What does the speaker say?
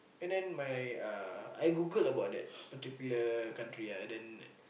and then my uh I Googled about that particular country ah and then